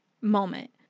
moment